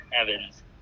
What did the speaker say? Evans